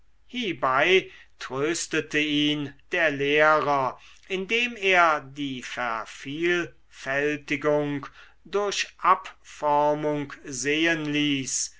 hiebei tröstete ihn der lehrer indem er die vervielfältigung durch abformung sehen ließ